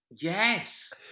Yes